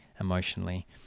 emotionally